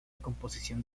composición